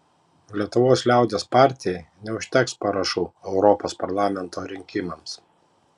lietuvos liaudies partijai neužteks parašų europos parlamento rinkimams